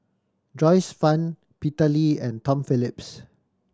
Joyce Fan Peter Lee and Tom Phillips